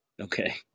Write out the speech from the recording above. Okay